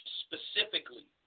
specifically